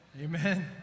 amen